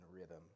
rhythm